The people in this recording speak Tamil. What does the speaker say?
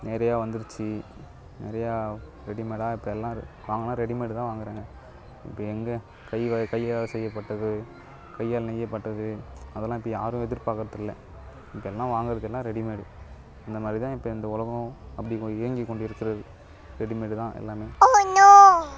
நிறையா வந்துருச்சு நிறையா ரெடிமேடாக இப்போ எல்லாம் வாங்குனா ரெடிமேடு தான் வாங்கறாங்க இப்போ எங்கே கை வ கையால் செய்யப்பட்டது கையால் நெய்யப்பட்டது அதெல்லாம் இப்போ யாரும் எதிர்பாக்கறத்தில்லை இப்போ எல்லாம் வாங்கறது எல்லாம் ரெடிமேடு இந்த மாதிரி தான் இப்போ இந்த உலகம் அப்படி கோ இயங்கி கொண்டு இருக்கிறது ரெடிமேடு தான் எல்லாமே